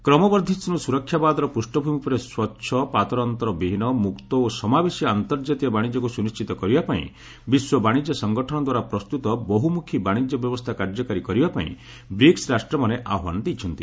କ୍ରମବର୍ଦ୍ଧିଷ୍ଟୁ ସୁରକ୍ଷାବାଦର ପୃଷ୍ଠଭୂମି ଉପରେ ସ୍ପଚ୍ଛ ପାତରଅନ୍ତର ବିହୀନ ମୁକ୍ତ ଓ ସମାବେଶୀ ଅନ୍ତର୍ଜାତୀୟ ବାଣିଜ୍ୟକୁ ସୁନିଶ୍ଚିତ କରିବା ପାଇଁ ବିଶ୍ୱ ବାଶିଜ୍ୟ ସଂଗଠନ ଦ୍ୱାରା ପ୍ରସ୍ତୁତ ବହୁମୁଖୀ ବାଣିଜ୍ୟ ବ୍ୟବସ୍ଥା କାର୍ଯ୍ୟକାରୀ କରିବା ପାଇଁ ବ୍ରିକ୍ନ ରାଷ୍ଟ୍ରମାନେ ଆହ୍ୱାନ ଦେଇଛନ୍ତି